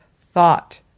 thought